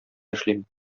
эшлим